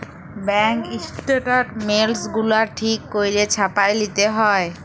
bank statements গুলা ঠিক ক্যইরে ছাপাঁয় লিতে হ্যয়